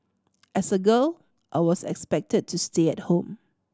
as a girl I was expected to stay at home